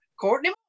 courtney